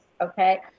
okay